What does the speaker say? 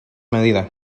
medida